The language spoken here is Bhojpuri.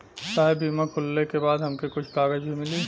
साहब बीमा खुलले के बाद हमके कुछ कागज भी मिली?